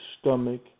stomach